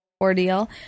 ordeal